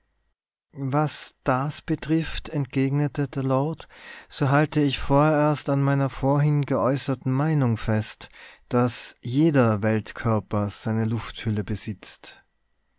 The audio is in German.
was das betrifft entgegnete der lord so halte ich vorerst an meiner vorhin geäußerten meinung fest daß jeder weltkörper seine lufthülle besitzt